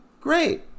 great